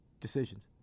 decisions